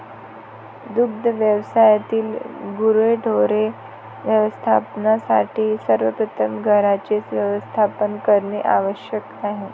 दुग्ध व्यवसायातील गुरेढोरे व्यवस्थापनासाठी सर्वप्रथम घरांचे व्यवस्थापन करणे आवश्यक आहे